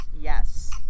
Yes